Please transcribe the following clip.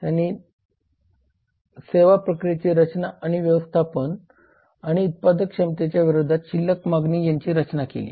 तर त्यांनी सेवा प्रक्रियेची रचना आणि व्यवस्थापन आणि उत्पादक क्षमतेच्या विरोधात शिल्लक मागणी यांची रचना केली